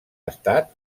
estat